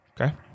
Okay